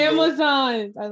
Amazons